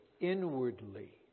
inwardly